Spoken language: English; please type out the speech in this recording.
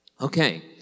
Okay